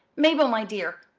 mabel, my dear!